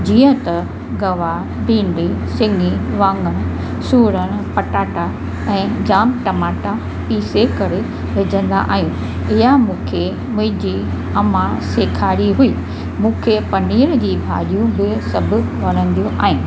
जीअं त गवार भिंडी सिङी वाङण सूरणु पटाटा ऐं जामु टमाटा पीसे करे विझंदा आहियूं इहा मूंखे मुंहिंजी अमा सेखारी हुई मूंखे पनीर जी भाॼियूं बि सभु वणंदियूं आहिनि